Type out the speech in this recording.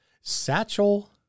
Satchel